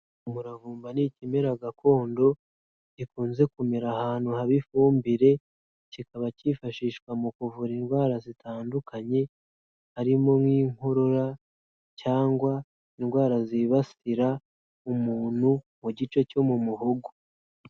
Umuravumba ni ikimera gakondo, gikunze kumera ahantu haba ifumbire, kikaba cyifashishwa mu kuvura indwara zitandukanye, harimo nk'inkorora cyangwa indwara zibasira umuntu mu gice cyo mu muhogo.